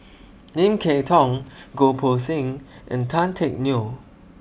Lim Kay Tong Goh Poh Seng and Tan Teck Neo